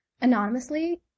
anonymously